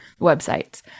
websites